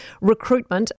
Recruitment